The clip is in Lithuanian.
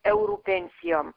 eurų pensijom